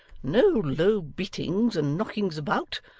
no low beatings and knockings about,